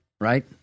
right